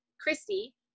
Christy